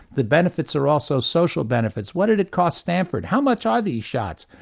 the benefits are also social benefits. what did it cost stanford, how much are these shots?